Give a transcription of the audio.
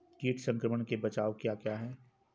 कीट संक्रमण के बचाव क्या क्या हैं?